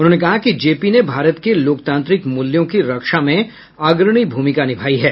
उन्होंने कहा कि जेपी ने भारत के लोकतांत्रिक मूल्यों की रक्षा में अग्रणी भूमिका निभाई है